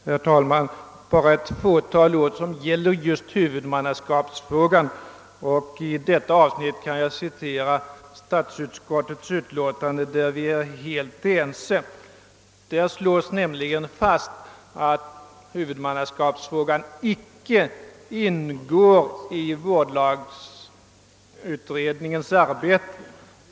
Herr talman! Bara några ord som gäller frågan om huvudmannaskapet. I detta avsnitt kan jag citera statsutskottets utlåtande, där vi är helt ense. Där slås nämligen fast att huvudmannaskapsfrågan icke ingår i vårdlagstiftningsutredningens arbete.